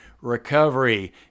recovery